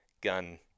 gun